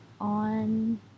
on